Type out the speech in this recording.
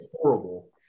horrible